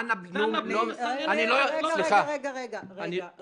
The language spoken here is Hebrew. דנה בלום לא סליחה, אני --- רגע, רגע, רגע.